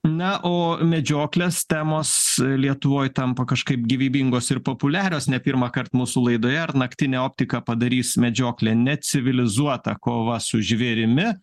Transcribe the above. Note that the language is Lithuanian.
na o medžioklės temos lietuvoj tampa kažkaip gyvybingos ir populiarios ne pirmąkart mūsų laidoje ar naktinė optika padarys medžioklę necivilizuota kova su žvėrimi